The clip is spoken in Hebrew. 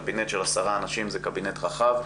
קבינט של עשרה אנשים זה קבינט רחב,